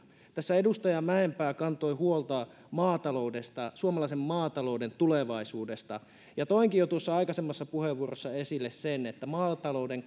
tässä edustaja mäenpää kantoi huolta maataloudesta suomalaisen maatalouden tulevaisuudesta toinkin jo tuossa aikaisemmassa puheenvuorossani esille sen että maatalouden